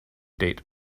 date